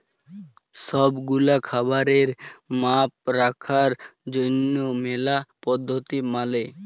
সব গুলা খাবারের মাপ রাখার জনহ ম্যালা পদ্ধতি মালে